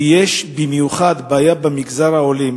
ובמיוחד יש בעיה במגזר העולים.